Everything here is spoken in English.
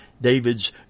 David's